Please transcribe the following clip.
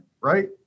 right